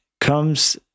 comes